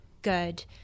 good